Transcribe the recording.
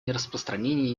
нераспространении